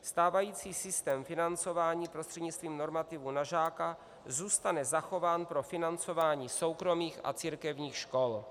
Stávající systém financování prostřednictvím normativů na žáka zůstane zachován pro financování soukromých a církevních škol.